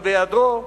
אבל בהיעדרו,